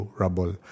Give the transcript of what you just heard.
rubble